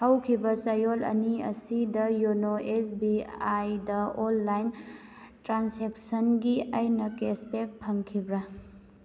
ꯍꯧꯈꯤꯕ ꯆꯌꯣꯜ ꯑꯅꯤ ꯑꯁꯤꯗ ꯌꯣꯅꯣ ꯑꯦꯁ ꯕꯤ ꯑꯥꯏꯗ ꯑꯣꯟꯂꯥꯏꯟ ꯇ꯭ꯔꯥꯟꯁꯦꯛꯁꯟꯒꯤ ꯑꯩꯅ ꯀꯦꯁꯕꯦꯛ ꯐꯪꯈꯤꯕ꯭ꯔ